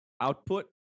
output